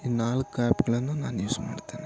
ಈ ನಾಲ್ಕು ಆ್ಯಪ್ಗಳನ್ನು ನಾನು ಯೂಸ್ ಮಾಡ್ತೀನಿ